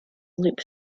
loop